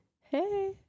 hey